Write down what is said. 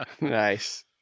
nice